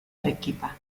arequipa